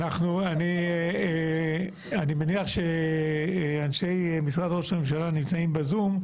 אני מניח שאנשי משרד ראש הממשלה נמצאים בזום,